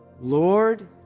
Lord